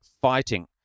fighting